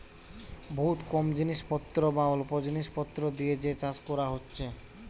বহুত কম জিনিস পত্র বা অল্প জিনিস পত্র দিয়ে যে চাষ কোরা হচ্ছে